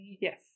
Yes